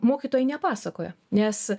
mokytojai nepasakoja nes